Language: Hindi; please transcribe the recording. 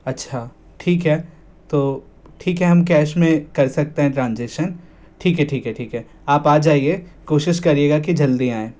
अच्छा ठीक है तो ठीक है हम कैश में कर सकते हैं ट्रांजेक्शन ठीक है ठीक है ठीक है आप आ जाइए कोशिश करिएगा कि जल्दी आएँ